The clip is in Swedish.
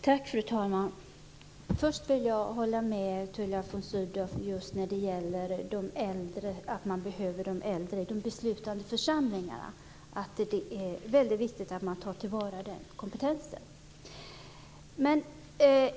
Fru talman! Först vill jag hålla med Tullia von Sydow om att de äldre behövs i de beslutande församlingarna. Det är väldigt viktigt att man tar till vara deras kompetens.